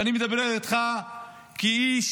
ואני מדבר איתך כאיש